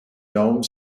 dome